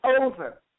over